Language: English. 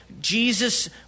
Jesus